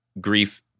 grief